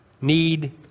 need